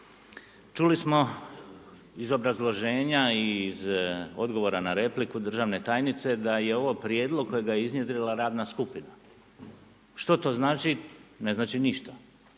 Čuli smo iz obrazloženja i iz odgovora na repliku državne tajnice da je ovo prijedlog kojega je iznjedrila radna skupina. Što to znači? Ne znači ništa.